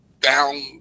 down